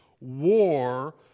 war